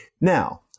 Now